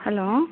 hello